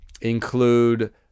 include